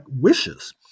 wishes